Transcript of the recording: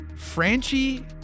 Franchi